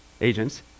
agents